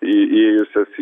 į įėjusias į